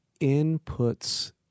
inputs